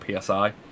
psi